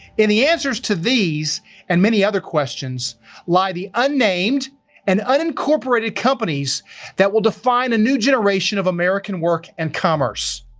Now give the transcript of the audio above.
in the answers to these and many other questions lie the unnamed and unincorporated companies that will define a new generation of american work and commerce.